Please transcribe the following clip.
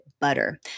butter